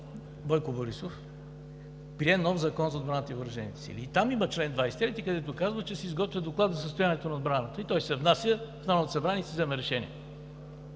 Бойко Борисов прие нов Закон за отбраната и въоръжените сили и там има чл. 23, където се казва, че се изготвя доклад за състоянието на отбраната, той се внася в Народното събрание и се взема решение.